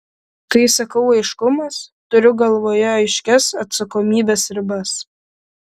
kai sakau aiškumas turiu galvoje aiškias atsakomybės ribas